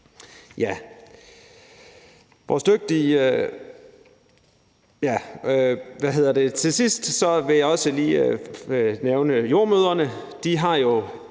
Til sidst vil jeg også lige nævne jordemødrene.